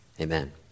Amen